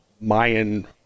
Mayan